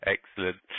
Excellent